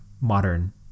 modern